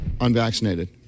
unvaccinated